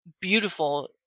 beautiful